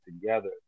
together